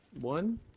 one